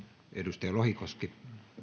edustaja lohikoski arvoisa